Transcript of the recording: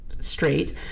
straight